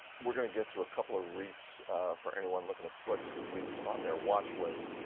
we're going to get to a couple of reits for anyone looking to put reits on their watch list.